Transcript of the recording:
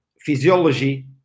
physiology